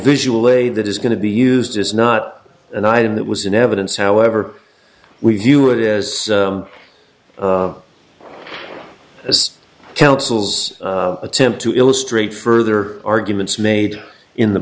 visual way that is going to be used is not an item that was in evidence however we view it as as councils attempt to illustrate further arguments made in the